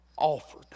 offered